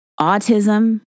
autism